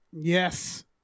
yes